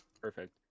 Perfect